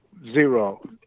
Zero